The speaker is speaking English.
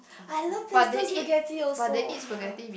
I love pesto spaghetti also oh-my-god